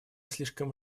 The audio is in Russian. слишком